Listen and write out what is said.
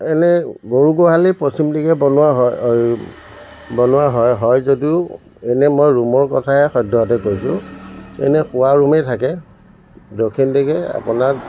এনেই গৰু গোহালি পশ্চিম দিশে বনোৱা হয় এই বনোৱা হয় হয় যদিও এনেই মই ৰুমৰ কথাহে সদ্যহতে কৈছোঁ এনেই শোৱা ৰুমেই থাকে দক্ষিণ দিশে আপোনাৰ